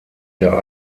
der